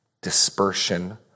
dispersion